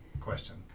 question